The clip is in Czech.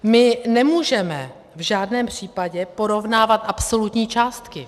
My nemůžeme v žádném případě porovnávat absolutní částky.